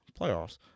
Playoffs